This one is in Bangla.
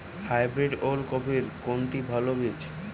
হাইব্রিড ওল কপির কোনটি ভালো বীজ?